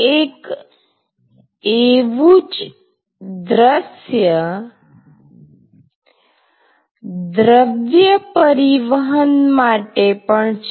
એક એવું જ દ્રશ્ય દ્રવ્ય પરિવહન માટે પણ છે